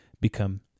become